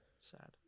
Sad